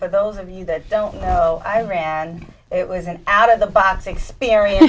for those of you that don't know i ran it was an out of the box experience